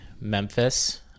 Memphis